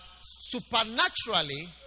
supernaturally